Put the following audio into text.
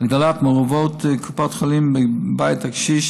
הגדלת מעורבות קופות החולים בבית הקשיש,